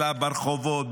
אלא ברחובות,